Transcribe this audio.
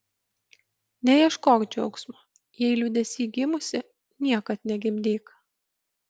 neieškok džiaugsmo jei liūdesy gimusi niekad negimdyk